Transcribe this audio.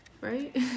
Right